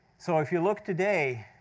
so if you look today,